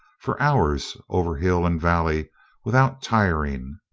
for hours over hill and valley without tiring.